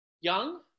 Young